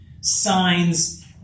Signs